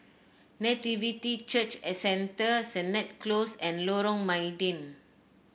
Nativity Church Centre Sennett Close and Lorong Mydin